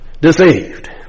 deceived